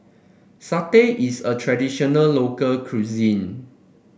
satay is a traditional local cuisine